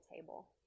table